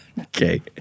Okay